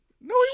No